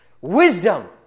wisdom